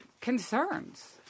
Concerns